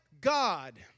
God